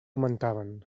augmentaven